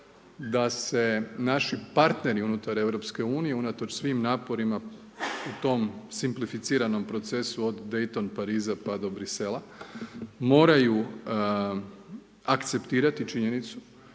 da se naši partneri unutar EU, unatoč svim naporima u tom simpliciranom procesu od Dayton Pariza pa do Brisela, moraju akceptirati činjenicu